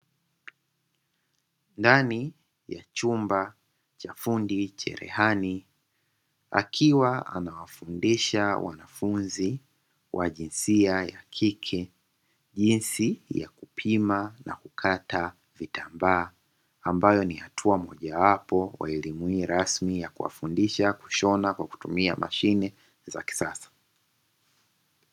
Ndani ya chumba cha fundi cherehani akiwa anawafundisha wanafunzi wa jinsia ya kike, jinsi ya kupima na kukata vitambaa ambayo ni hatua moja wapo kwa elimu hii rasmi ya kuwafundisha kushona kwa kutumia mashine za kisasa.